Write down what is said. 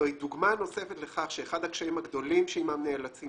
זוהי דוגמה נוספת לכך שאחד הקשיים הגדולים שעמם נאלצים